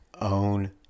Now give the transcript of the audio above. own